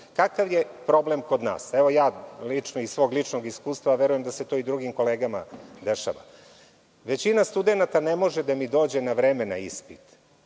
posla. Kakav je problem kod nas? Ovo je moje lično iskustvo, a verujem da se to i drugim kolegama dešava. Većina studenata ne može da mi dođe na vreme na ispit,